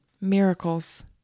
Miracles